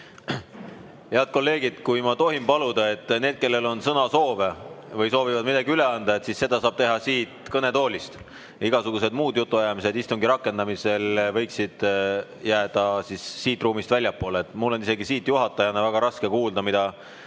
Head kolleegid, kui ma tohin paluda, siis need, kellel on sõnasoove või kes soovivad midagi üle anda, siis seda saab teha siit kõnetoolist. Igasugused muud jutuajamised istungi rakendamisel võiksid jääda siit ruumist väljapoole. Mul on isegi siin juhatajana väga raske kuulda, mida